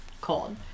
cold